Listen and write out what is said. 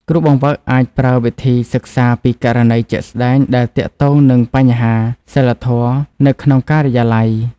គ្រូបង្វឹកអាចប្រើវិធីសិក្សាពីករណីជាក់ស្តែងដែលទាក់ទងនឹងបញ្ហាសីលធម៌នៅក្នុងការិយាល័យ។